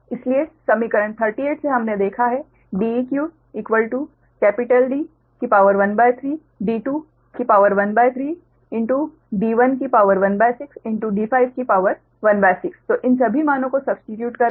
इसलिए समीकरण 38 से हमने देखा है Deq13 1316 16 तो इन सभी मानो को सब्स्टीट्यूट करें